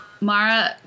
Mara